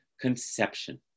conception